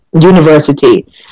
University